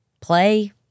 play